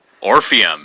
Orpheum